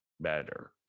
better